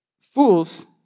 Fools